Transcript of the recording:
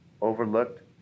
overlooked